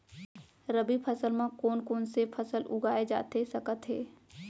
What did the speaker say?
रबि फसल म कोन कोन से फसल उगाए जाथे सकत हे?